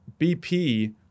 BP